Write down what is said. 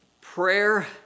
Prayer